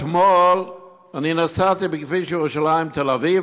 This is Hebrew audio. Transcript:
אתמול נסעתי בכביש ירושלים תל אביב,